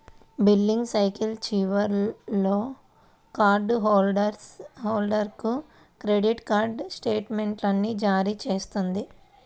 billing cycle చివరిలో card హోల్డర్కు credit card స్టేట్మెంట్ను జారీ చేస్తుంది